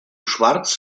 schwarz